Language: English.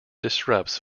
disrupts